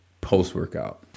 post-workout